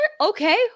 Okay